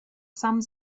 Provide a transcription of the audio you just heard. some